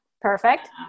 Perfect